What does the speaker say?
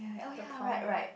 the pond right